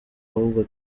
ahubwo